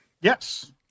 Yes